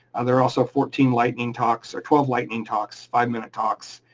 there are also fourteen lightning talks or twelve lightning talks, five minute talks.